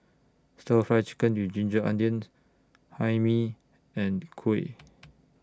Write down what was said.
Stir Fried Chicken with Ginger Onions Hae Mee and Kuih